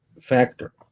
factor